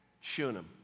Shunem